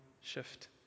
shift